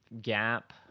gap